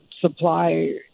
supply